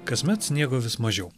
kasmet sniego vis mažiau